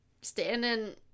standing